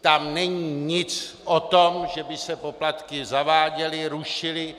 Tam není nic o tom, že by se poplatky zaváděly, rušily.